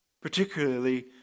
particularly